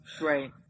Right